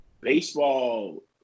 baseball